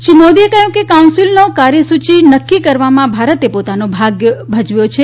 શ્રી મોદીએ કહ્યું કે કાઉન્સિલનો કાર્યસૂચિ નક્કી કરવામાં ભારતે પોતાનો ભાગ ભજવ્યો છે